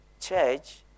church